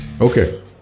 Okay